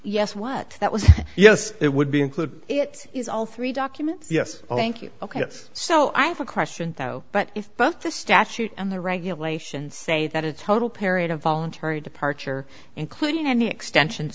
yes what that was yes it would be included it is all three documents yes i thank you ok that's so i have a question though but if both the statute and the regulations say that a total period of voluntary departure including any extensions